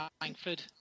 Langford